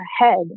ahead